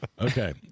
Okay